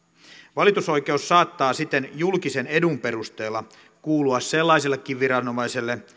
valitusoikeus saattaa siten julkisen edun perusteella kuulua sellaisellekin viranomaiselle